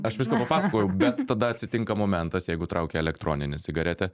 aš viską papasakojau bet tada atsitinka momentas jeigu traukia elektroninę cigaretę